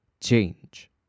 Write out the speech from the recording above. change